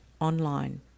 online